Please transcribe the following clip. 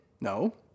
No